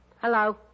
Hello